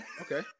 Okay